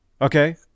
Okay